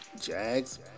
Jags